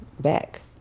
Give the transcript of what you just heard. back